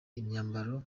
imyambaro